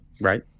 Right